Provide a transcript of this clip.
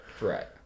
Right